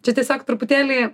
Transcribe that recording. čia tiesiog truputėlį